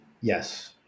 yes